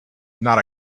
not